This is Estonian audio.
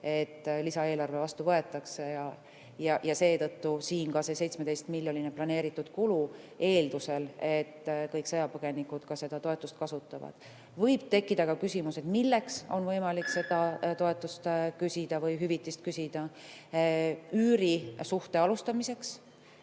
et lisaeelarve võetakse vastu. Seetõttu on siin ka see 17-miljoniline planeeritud kulu eeldusel, et kõik sõjapõgenikud ka seda toetust kasutavad. Võib tekkida ka küsimus, milleks on võimalik seda toetust või hüvitist küsida. Üürisuhte alustamiseks,